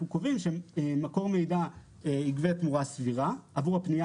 אנחנו קובעים שמקור מידע יגבה תמורה סבירה עבור הפנייה